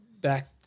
back